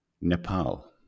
Nepal